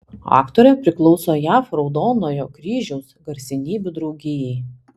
aktorė priklauso jav raudonojo kryžiaus garsenybių draugijai